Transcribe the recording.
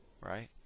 Right